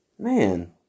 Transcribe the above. Man